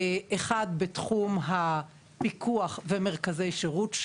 אחד בתחום הפיקוח ומרכזי שירות,